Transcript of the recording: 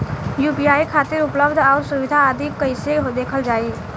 UPI खातिर उपलब्ध आउर सुविधा आदि कइसे देखल जाइ?